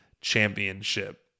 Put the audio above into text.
Championship